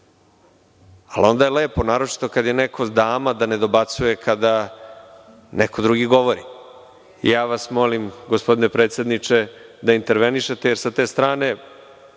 Onda je lepo, naročito kada je neko dama, da ne dobacuje kada neko drugi govori. Ja vas molim gospodine predsedniče da intervenišete, jer sa te strane